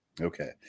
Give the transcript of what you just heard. Okay